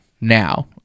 now